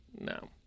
no